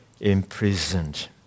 imprisoned